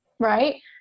Right